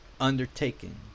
undertaken